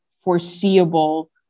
foreseeable